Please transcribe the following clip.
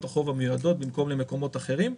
החוב המיועדות במקום למקומות אחרים.